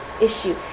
issue